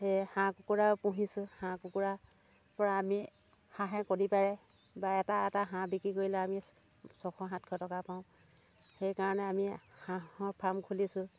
সেয়ে হাঁহ কুকুৰাও পুহিছোঁ হাঁহ কুকুৰাৰ পৰা আমি হাঁহে কণী পাৰে বা এটা এটা হাঁহ বিক্ৰী কৰিলে আমি ছশ সাতশ টকা পাওঁ সেইকাৰণে আমি হাঁহৰ ফাৰ্ম খুলিছোঁ